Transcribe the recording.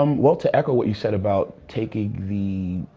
um well to echo what you said about taking the